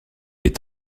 est